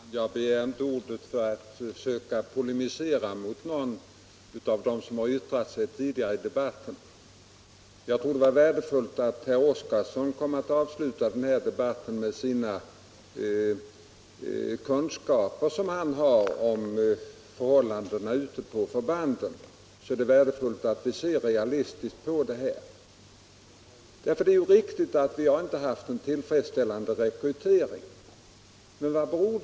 Herr talman! Jag har inte begärt ordet för att polemisera mot tidigare talare i denna debatt. Och jag tycker det var värdefullt att herr Oskarson kom att avsluta debatten, med de kunskaper han har om förhållandena ute på förbanden. Det är bra att vi kan se realistiskt på dessa frågor. Det är riktigt att vi inte har haft en tillfredsställande rekrytering av befäl.